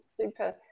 Super